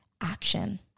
action